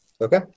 Okay